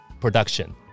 production